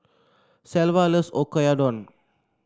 Shelva loves Oyakodon